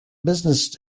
business